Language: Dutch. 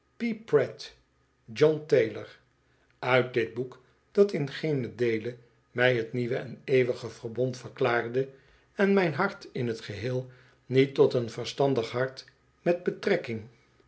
p prat john taylor dit dit boek dat in geenen deele mij t nieuwe en eeuwige verbond verklaarde en mijn hart in t geheel niet tot een verstandig hart met betrekking